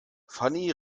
fanny